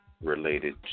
related